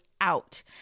out